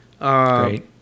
Great